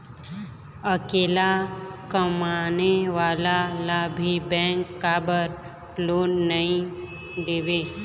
अकेला कमाने वाला ला भी बैंक काबर लोन नहीं देवे?